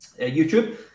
YouTube